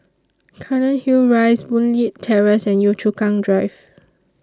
Cairnhill Rise Boon Leat Terrace and Yio Chu Kang Drive